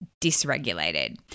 dysregulated